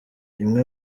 imwe